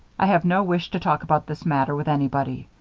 i have no wish to talk about this matter with anybody.